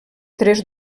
tres